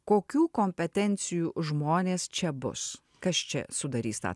kokių kompetencijų žmonės čia bus kas čia sudarys tą